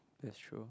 that's true